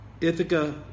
Ithaca